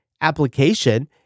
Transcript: application